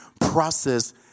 process